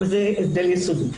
וזה הבדל יסודי.